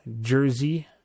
Jersey